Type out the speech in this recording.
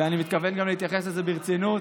ואני מתכוון גם להתייחס לזה ברצינות,